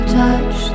touch